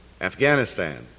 Afghanistan